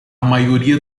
maioria